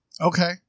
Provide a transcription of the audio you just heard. okay